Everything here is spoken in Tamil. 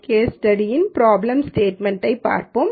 கேஸ் ஸ்டடியின்பிராப்ளம் ஸ்டேட்மெண்ட் யைப் பார்ப்போம்